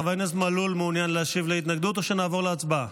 חבר הכנסת מלול מעוניין להשיב להתנגדות או שנעבור להצבעה?